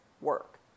work